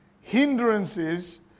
hindrances